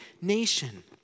nation